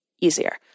easier